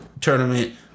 tournament